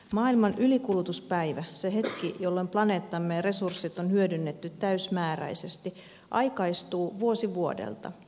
maailman ylikulutuspäivä se hetki jolloin planeettamme resurssit on hyödynnetty täysimääräisesti aikaistuu vuosi vuodelta